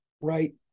right